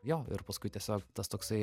jo ir paskui tiesiog tas toksai